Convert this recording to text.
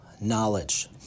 knowledge